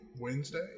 Wednesday